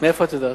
מאיפה את יודעת?